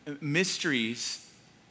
mysteries